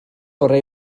orau